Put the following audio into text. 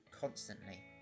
constantly